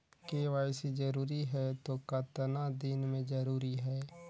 KYC जरूरी हे तो कतना दिन मे जरूरी है?